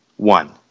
one